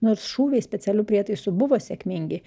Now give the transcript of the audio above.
nors šūviai specialiu prietaisu buvo sėkmingi